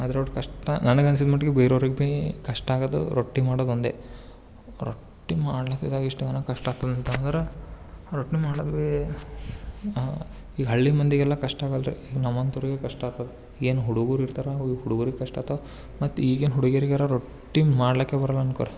ಅದ್ರಷ್ಟು ಕಷ್ಟ ನನಗೆ ಅನ್ಸಿದ್ದು ಮಟ್ಟಿಗೆ ಬೇರೋರಿಗೆ ಬೀ ಕಷ್ಟ ಆಗೋದು ರೊಟ್ಟಿ ಮಾಡೋದೊಂದೆ ರೊಟ್ಟಿ ಮಾಡ್ಲಕಿದ ಇಷ್ಟು ಕಷ್ಟ ಆಗ್ತದೆ ಅಂತಂದ್ರೆ ರೊಟ್ಟಿ ಮಾಡ್ಲಿಕ್ ಬೀ ಈ ಹಳ್ಳಿ ಮಂದಿಗೆಲ್ಲ ಕಷ್ಟ ಆಗಲ್ರಿ ನಮ್ಮಂಥೋರಿಗೆ ಕಷ್ಟ ಆಗ್ತದೆ ಏನು ಹುಡುಗರಿರ್ತರೆ ಆ ಹುಡುಗರಿಗೆ ಕಷ್ಟ ಆಯ್ತು ಮತ್ತು ಈಗಿನ್ ಹುಡುಗಿಯರಿಗರ ರೊಟ್ಟಿ ಮಾಡ್ಲಿಕ್ಕೆ ಬರೋಲ್ಲ ಅನ್ಕೋರಿ